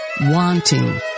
wanting